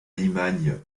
limagne